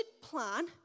plan